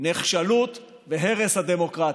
נחשלות והרס הדמוקרטיה.